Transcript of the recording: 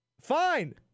fine